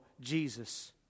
Jesus